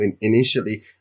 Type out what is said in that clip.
initially